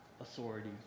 authority